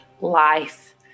life